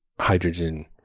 hydrogen